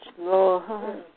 Lord